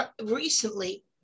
recently